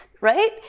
right